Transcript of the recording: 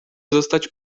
pozostać